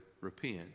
repent